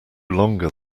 longer